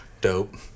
Dope